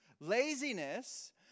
Laziness